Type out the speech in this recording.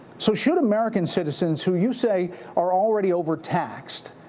so should american citizens who you say are already overtaxed,